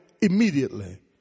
immediately